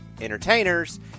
entertainers